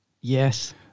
Yes